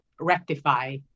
rectify